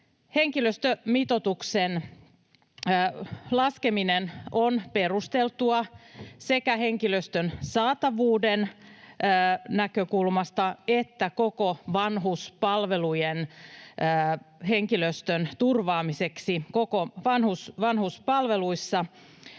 Henkilöstömitoituksen laskeminen on perusteltua sekä henkilöstön saatavuuden näkökulmasta että vanhuspalvelujen henkilöstön turvaamiseksi koko vanhuspalveluissa